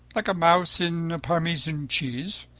like a mouse in a parmesan cheese.